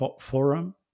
forum